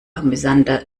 amüsanter